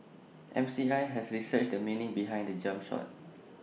M C I has researched the meaning behind the jump shot